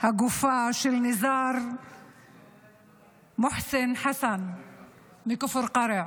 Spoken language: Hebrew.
הגופה של אחמד נזאר מוחסן מכפר קרע,